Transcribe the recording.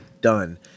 done